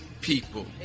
people